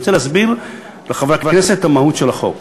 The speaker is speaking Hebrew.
אני רוצה להסביר לחברי הכנסת את מהות החוק.